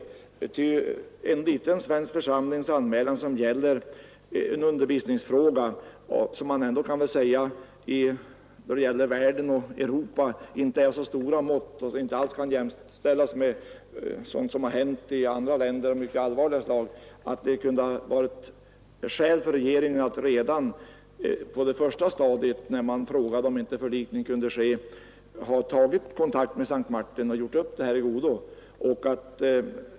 Här gäller det en liten svensk församlings anmälan i en undervisningsfråga, som väl med tanke på Europa och världen inte är av så stora mått och inte kan jämställas med händelser av mera allvarligt slag som inträffat i andra länder. Jag tycker att det hade varit skäl i att regeringen redan på det första stadiet, när frågan ställdes om inte förlikning kunde ske, hade tagit kontakt med S:t Martins församling och gjort upp i godo.